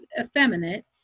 effeminate